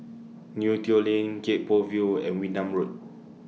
Neo Tiew Lane Gek Poh Ville and Wee Nam Road